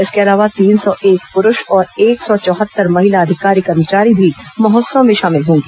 इसके अलावा तीन सौ एक पुरूष और एक सौ चौहत्तर महिला अधिकारी कर्मचारी भी महोत्सव में शामिल होंगी